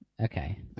Okay